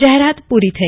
જાહેરાત પુરી થઈ